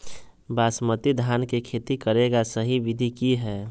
बासमती धान के खेती करेगा सही विधि की हय?